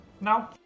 No